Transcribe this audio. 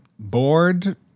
Bored